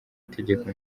itegeko